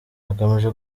agamije